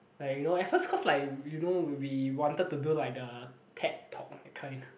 like you know at first cause like you know we wanted to do like the Ted talk that kind